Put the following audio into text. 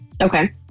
Okay